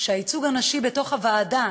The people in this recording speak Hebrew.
שהייצוג הנשי בתוך הוועדה